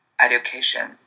education